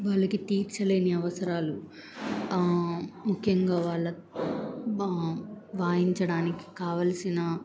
వాళ్ళకి తీర్చలేని అవసరాలు ముఖ్యంగా వాళ్ళ వాయించడానికి కావల్సిన